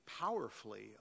powerfully